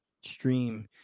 stream